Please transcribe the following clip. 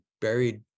buried